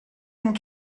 and